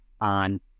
on